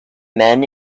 men